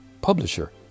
publisher